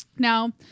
Now